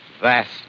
vast